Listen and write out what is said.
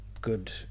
good